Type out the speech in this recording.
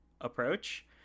approach